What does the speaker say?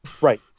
Right